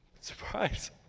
Surprise